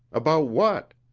about what?